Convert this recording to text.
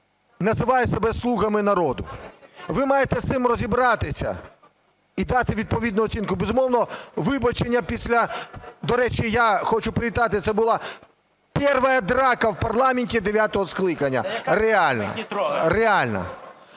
називає себе "слугами народу". Ви маєте з цим розібратися і дати відповідну оцінку. Безумовно, вибачення після… До речі, я хочу привітати, це була первая драка в парламенте дев'ятого скликання реальна, реальна.